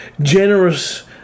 generous